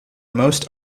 most